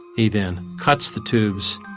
he then cuts the tubes,